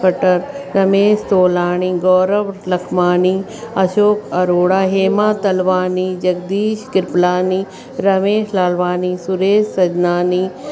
Khattar Ramesh Tolani Gaurav Lakhmani Ashok Arora Hema Talwani Jagdish Kripalani Ramesh Lalwani Suresh Sajnani